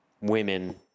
women